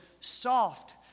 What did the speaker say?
soft